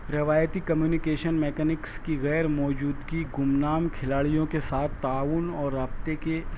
روایتی communication mechanics کی غیرموجودگی گمنام کھلاڑیوں کے ساتھ تعاون اور رابطے کے